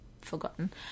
forgotten